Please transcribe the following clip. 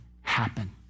happen